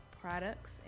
products